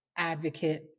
advocate